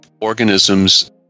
organisms